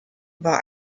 war